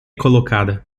colocada